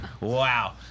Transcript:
Wow